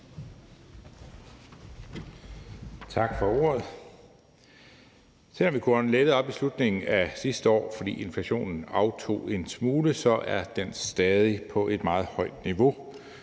Tak for ordet.